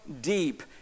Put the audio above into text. deep